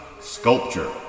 sculpture